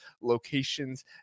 locations